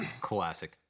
Classic